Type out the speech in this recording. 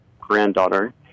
granddaughter